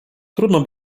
trudno